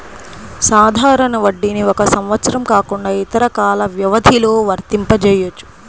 సాధారణ వడ్డీని ఒక సంవత్సరం కాకుండా ఇతర కాల వ్యవధిలో వర్తింపజెయ్యొచ్చు